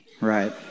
Right